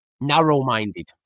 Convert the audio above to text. narrow-minded